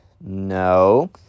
no